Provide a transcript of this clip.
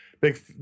big